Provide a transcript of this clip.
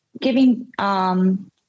giving